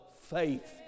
faith